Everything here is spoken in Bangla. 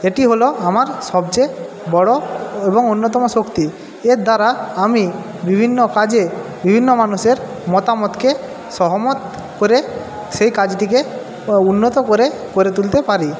এটি হল আমার সবচেয়ে বড়ো এবং অন্যতম শক্তি এর দ্বারা আমি বিভিন্ন কাজে বিভিন্ন মানুষের মতামতকে সহমত করে সেই কাজটিকে উন্নত করে করে তুলতে পারি